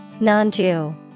Non-Jew